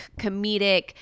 comedic